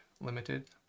Limited